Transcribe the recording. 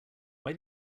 why